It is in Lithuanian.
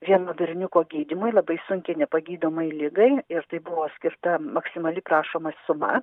vieno berniuko gydymui labai sunkiai nepagydomai ligai ir tai buvo skirta maksimali prašoma suma